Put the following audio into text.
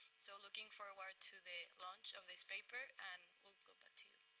so looking forward to the launch of this paper, and luca, back to